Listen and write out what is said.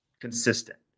consistent